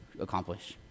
accomplish